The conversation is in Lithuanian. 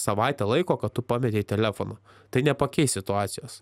savaitę laiko kad tu pametei telefoną tai nepakeis situacijos